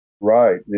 Right